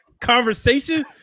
conversation